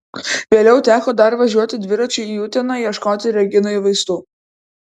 vėliau teko dar važiuoti dviračiu į uteną ieškoti reginai vaistų